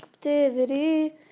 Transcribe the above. captivity